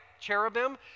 cherubim